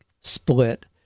split